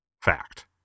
Fact